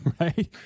right